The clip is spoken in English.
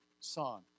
son